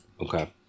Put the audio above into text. Okay